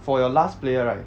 for your last player right